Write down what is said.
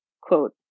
Quote